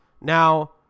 now